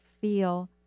feel